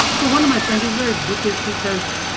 so one of my friends, he's very bookish, he says,